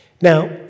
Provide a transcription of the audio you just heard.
Now